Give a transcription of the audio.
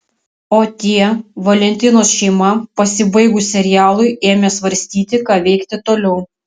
o tie valentinos šeima pasibaigus serialui ėmė svarstyti ką veikti toliau